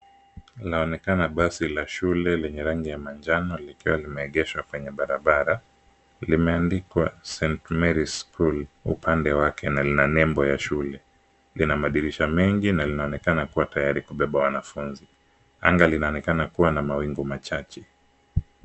Linaonekana basi la shule lenye rangi ya manjano likiwa limeegeshwa kwenye barabara. Limeandikwa Saint Mary's School upande wake na lina nembo ya shule. Lina madirisha mengi na linaonekana kuwa tayari kubeba wanafunzi. Anga linaonekana kuwa na mawingu machache.